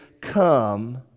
Come